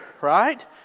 right